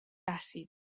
tàcit